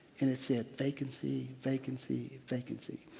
and it said, vacancy, vacancy, vacancy.